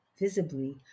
visibly